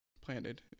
planted